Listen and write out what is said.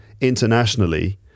internationally